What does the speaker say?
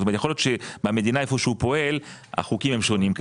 יכול להיות שבמדינה בה הוא פועל החוקים כנראה שונים,